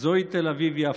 זוהי תל אביב-יפו,